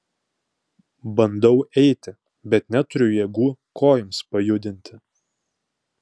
bandau eiti bet neturiu jėgų kojoms pajudinti